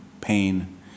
pain